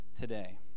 today